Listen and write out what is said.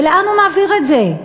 ולאן הוא מעביר את זה?